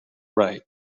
write